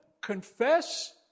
confess